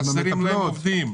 חסרים להם עובדים.